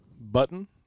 Button